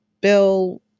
Bill